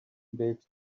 breaks